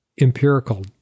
empirical